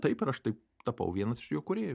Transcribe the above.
taip ir aš taip tapau vienas iš jo kūrėjų